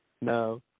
No